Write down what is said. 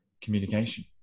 communication